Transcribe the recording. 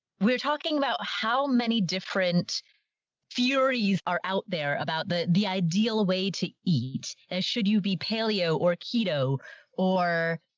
we're talking about how many different furious are out there about the the ideal way to eat. and should you be paleo or keto or.